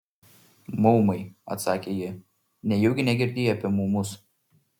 maumai atsakė ji nejaugi negirdėjai apie maumus